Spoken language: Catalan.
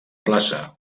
plaça